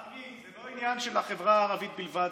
מרגי, זה לא עניין של החברה הערבית בלבד.